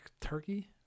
turkey